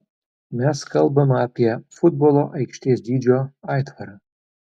mes kalbame apie futbolo aikštės dydžio aitvarą